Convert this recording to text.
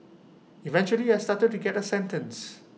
eventually I started to get A sentence